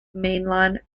mainline